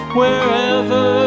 wherever